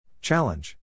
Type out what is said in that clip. Challenge